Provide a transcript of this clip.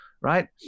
right